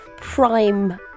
prime